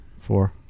Four